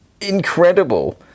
incredible